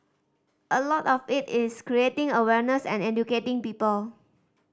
a lot of it is creating awareness and educating people